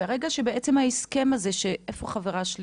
ברגע שבעצם ההסכם הזה שמנוסח,